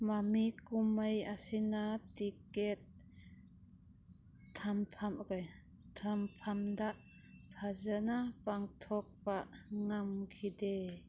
ꯃꯃꯤ ꯀꯨꯝꯍꯩ ꯑꯁꯤꯅ ꯇꯤꯛꯀꯦꯠ ꯊꯝꯐꯝꯗ ꯐꯖꯅ ꯄꯥꯡꯊꯣꯛꯄ ꯉꯝꯈꯤꯗꯦ